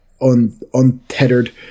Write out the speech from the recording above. untethered